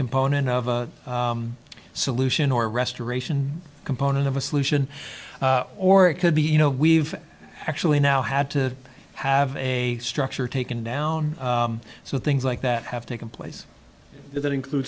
component of a solution or restoration component of a solution or it could be you know we've actually now had to have a structure taken down so things like that have taken place that include